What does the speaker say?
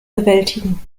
bewältigen